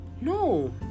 no